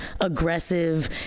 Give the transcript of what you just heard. aggressive